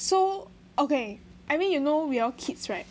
so okay I mean you know we all kids right